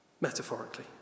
metaphorically